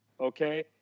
okay